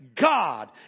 God